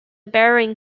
bering